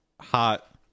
hot